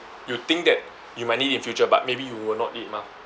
you think that you might need in future but maybe you will not need mah